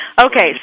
Okay